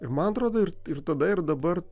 ir man atrodo ir ir tada ir dabar